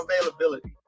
availability